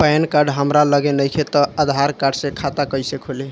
Pan card हमरा लगे नईखे त आधार कार्ड से खाता कैसे खुली?